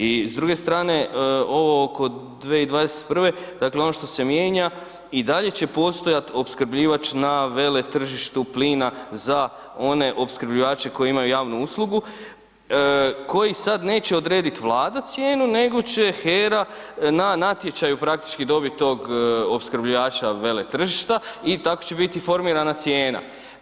I s druge strane ovo kod 2021., dakle ono što se mijenja i dalje će postojati opskrbljivač na veletržištu plina za one opskrbljivače koji imaju javnu uslugu, koji sad neće odrediti Vlada cijenu, nego će HERA na natječaju praktički dobit tog opskrbljivača veletržišta i tako će biti formirana cijena.